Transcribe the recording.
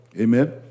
Amen